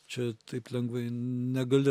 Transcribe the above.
čia taip lengvai negali